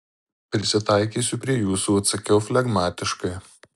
prisitaikysiu prie jūsų atsakiau flegmatiškai